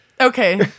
Okay